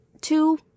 two